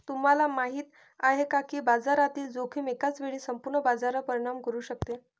तुम्हाला माहिती आहे का की बाजारातील जोखीम एकाच वेळी संपूर्ण बाजारावर परिणाम करू शकते?